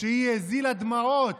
כשהיא הזילה דמעות,